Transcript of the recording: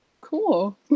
cool